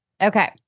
Okay